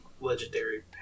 legendary